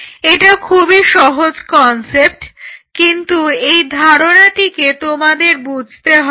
এটা খুবই সহজ কনসেপ্ট কিন্তু এই ধারণাটিকে তোমাদের বুঝতে হবে